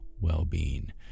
well-being